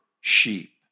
sheep